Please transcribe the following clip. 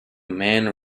man